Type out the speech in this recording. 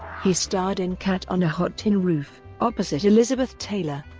he starred in cat on a hot tin roof, opposite elizabeth taylor.